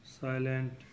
silent